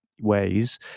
ways